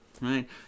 Right